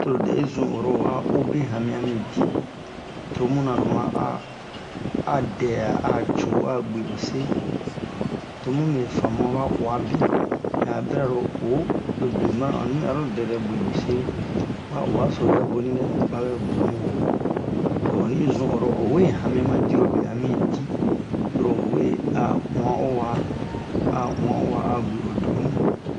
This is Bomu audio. toro dɛni zun oro o'a obe hami ami di tomuna loma'a adɛ'a a co a bwe ose tomu mɛ famua ba uwa be mɛ'a bira lo o lobe mana'o nui aro dɛdɛ bwe ose ba uwaso bɛ bonidɛ babɛ boni wo lo onni zun oro owe hami ma dirobe ami di torowe a uwa'o wa a uwa'o wa a bwe o do'onui